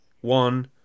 one